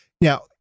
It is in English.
Now